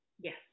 Yes